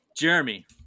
Jeremy